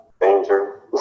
danger